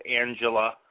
Angela